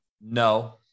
No